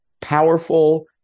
powerful